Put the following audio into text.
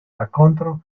raccontano